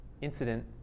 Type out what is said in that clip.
incident